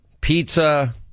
pizza